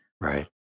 Right